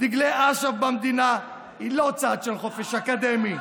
דגלי אש"ף במדינה היא לא צעד של חופש אקדמי,